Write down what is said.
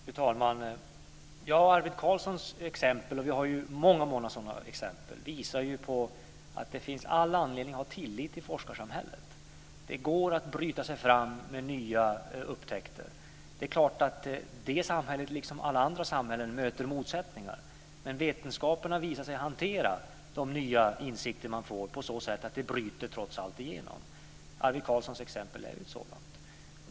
Fru talman! Arvid Carlssons exempel visar att det finns all anledning att ha tillit till forskarsamhället. Vi har många sådana exempel. Det går att bryta sig fram med nya upptäckter. Det samhället, liksom alla andra samhällen, möter motsättningar. Vetenskapen har visat sig hantera de nya insikter man får på så sätt att de trots allt bryter igenom. Arvid Carlssons exempel är ett sådant.